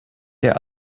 der